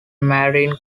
marine